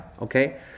Okay